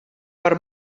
per